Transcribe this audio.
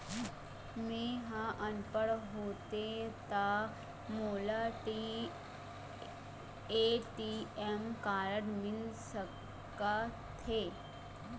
मैं ह अनपढ़ होथे ता मोला ए.टी.एम कारड मिल सका थे?